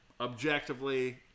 objectively